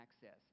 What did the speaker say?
access